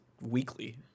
weekly